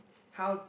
how